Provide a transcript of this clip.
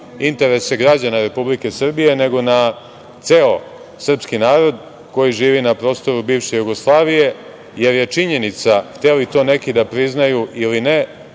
interese građana Republike Srbije nego na ceo srpski narod koji živi na prostoru bivše Jugoslavije, jer je činjenica, hteli to neki da priznaju ili ne,